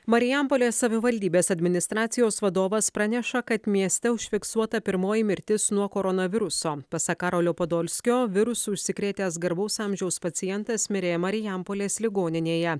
marijampolės savivaldybės administracijos vadovas praneša kad mieste užfiksuota pirmoji mirtis nuo koronaviruso pasak karolio podolskio virusu užsikrėtęs garbaus amžiaus pacientas mirė marijampolės ligoninėje